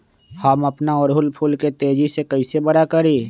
हम अपना ओरहूल फूल के तेजी से कई से बड़ा करी?